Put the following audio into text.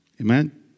Amen